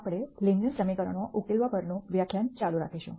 આપણે લિનિયર સમીકરણો ઉકેલવા પરનું વ્યાખ્યાન ચાલુ રાખીશું